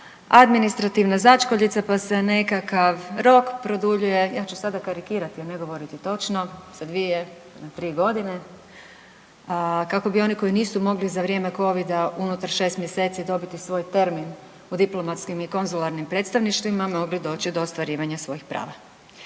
administrativna začkoljica, pa se nekakav rok produljuje, ja ću sada karikirati, ne govoriti točno, sa 2 na 3.g. kako bi oni koji nisu mogli za vrijeme covida unutar 6 mjeseci dobiti svoj termin u diplomatskim i konzularnim predstavništvima mogli doći do ostvarivanja svojih prava.